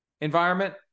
environment